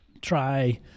try